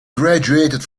graduated